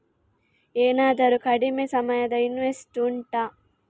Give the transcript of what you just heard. ಏನಾದರೂ ಕಡಿಮೆ ಸಮಯದ ಇನ್ವೆಸ್ಟ್ ಉಂಟಾ